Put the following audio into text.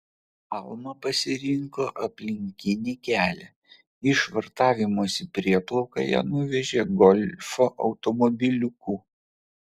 alma pasirinko aplinkinį kelią į švartavimosi prieplauką ją nuvežė golfo automobiliuku